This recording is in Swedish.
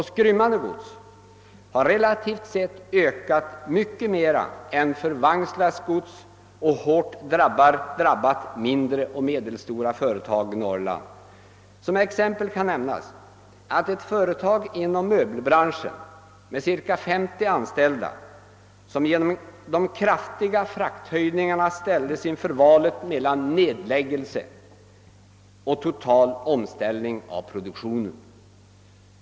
skrymmande gods har relativt sett ökat mycket mera än för vagnslastgods och hårt drabbat mindre och medelstora företag i Norrland. Som exempel kan nämnas ett företag inom möbelbranschen med cirka 50 anställda som genom de kraftiga frakthöjningarna ställdes inför valet mellan nedläggning och total omställning av produktionen.